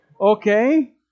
Okay